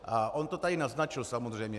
A on to tady naznačil, samozřejmě.